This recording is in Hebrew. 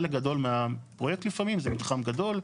חלק גדול מהפרויקט לפעמים זה מתחם גדול,